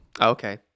okay